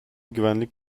güvenlik